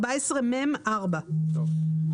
סעיף 14מ(4).